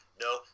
no